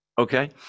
Okay